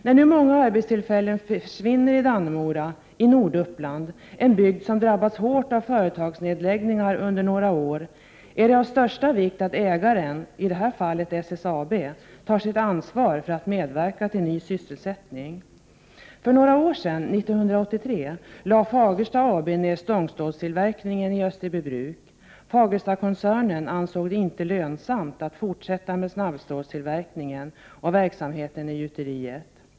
När nu många arbetstillfällen försvinner i Dannemora — Norduppland är en bygd som drabbats hårt av företagsnedläggningar under några år — är det av största vikt att ägaren, i det här fallet SSAB, tar sitt ansvar för att medverka till ny sysselsättning. För några år sedan — 1983 — lade Fagersta AB ner stångstålstillverkningen i Österbybruk. Fagerstakoncernen ansåg det inte lönsamt att fortsätta med snabbstålstillverkningen och verksamheten i gjuteriet.